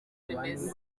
bimeze